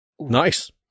Nice